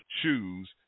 choose